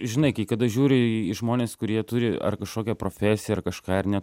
žinai kai kada žiūri į žmones kurie turi ar kažkokią profesiją ar kažką ar ne